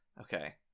Okay